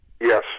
Yes